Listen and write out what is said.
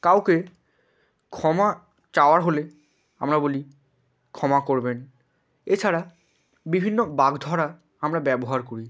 কাউকে ক্ষমা চাওয়ার হলে আমরা বলি ক্ষমা করবেন এছাড়া বিভিন্ন বাগধারা আমরা ব্যবহার করি